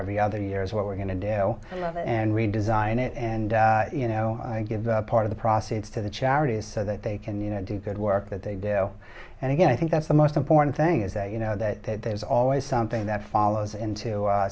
every other year is what we're going to do and redesign it and you know give part of the profits to the charities so that they can you know do good work that they do and again i think that's the most important thing is that you know that there's always something that follows into